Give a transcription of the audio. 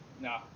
No